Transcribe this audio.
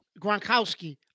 Gronkowski